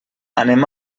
anem